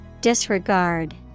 Disregard